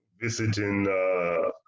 visiting